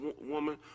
woman